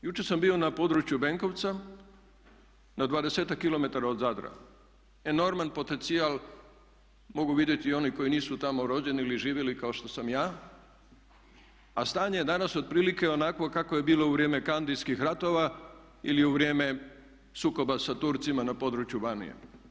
Jučer sam bio na području Benkovca, na dvadesetak kilometara od Zadra enorman potencijal mogu vidjeti i oni koji nisu tamo rođeni ili živjeli kao što sam ja, a stanje je danas otprilike onakvo kakvo je bilo u vrijeme kandijskih ratova ili u vrijeme sukoba sa Turcima na području Banije.